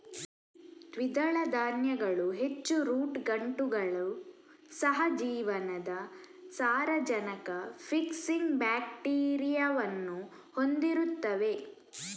ದ್ವಿದಳ ಧಾನ್ಯಗಳು ಹೆಚ್ಚು ರೂಟ್ ಗಂಟುಗಳು, ಸಹ ಜೀವನದ ಸಾರಜನಕ ಫಿಕ್ಸಿಂಗ್ ಬ್ಯಾಕ್ಟೀರಿಯಾವನ್ನು ಹೊಂದಿರುತ್ತವೆ